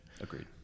Agreed